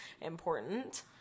important